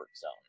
zone